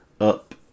up